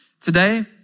Today